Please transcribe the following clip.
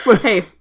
Hey